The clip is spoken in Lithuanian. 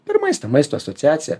per maistą maisto asociacija